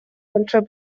большой